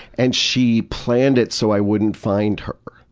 and she planned it so i wouldn't find her,